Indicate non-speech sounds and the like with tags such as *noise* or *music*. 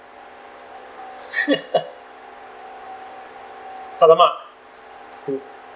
*laughs* !alamak! mm